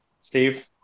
Steve